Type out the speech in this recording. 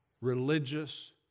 religious